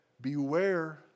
beware